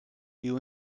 queue